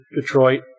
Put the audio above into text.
Detroit